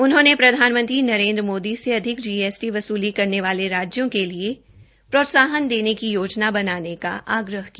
उन्होंने प्रधानमंत्री नरेन्द्र मोदी से अधिक जीएसटी वसुली करने वाले राज्यों के लिए प्रोत्साहन देने की योजना बनाने का आग्रह किया